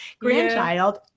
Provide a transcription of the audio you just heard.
grandchild